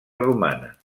romana